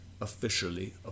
officially